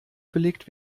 belegt